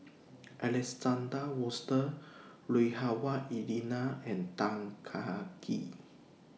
Alexander Wolters Lui Hah Wah Elena and Tan Kah Kee